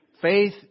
faith